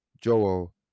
Joel